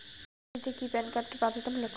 ঋণ নিতে কি প্যান কার্ড বাধ্যতামূলক?